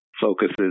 focuses